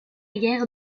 gare